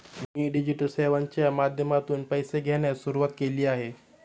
मी digital सेवांच्या माध्यमातून पैसे घेण्यास सुरुवात केली आहे